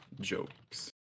jokes